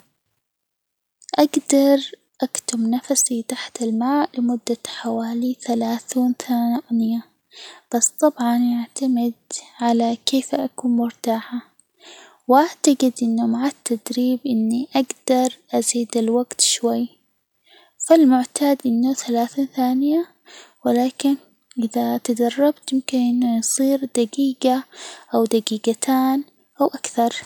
أجدر أكتم نفسي تحت الماء لمدة حوالي ثلاثون ثانية، بس طبعًا يعتمد على كيف أكون مرتاحة، وأعتجد أنه مع التدريب إني أجدر أزيد الوجت شوي، فالمعتاد إنه ثلاثين ثانية، ولكن إذا تدربت ممكن أنه يصير دجيجة أو دجيجتان أو أكثر.